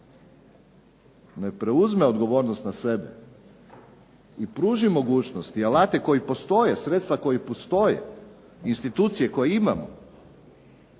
ne preuzme odgovornost na sebe i pruži mogućnost i alate koji postoje, sredstva koja postoje, institucije koje imamo,